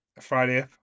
friday